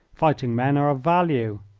fighting men are of value.